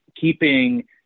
keeping